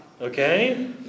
Okay